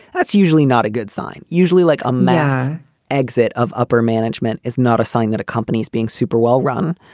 that's usually not a good sign. usually like a mass exit of upper management is not a sign that a company is being super well-run.